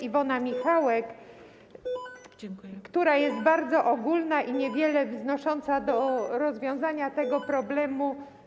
Iwona Michałek, która była bardzo ogólna i niewiele wnosząca do rozwiązania tego problemu.